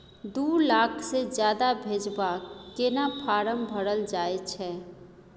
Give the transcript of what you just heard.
दू लाख से ज्यादा भेजबाक केना फारम भरल जाए छै?